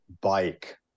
bike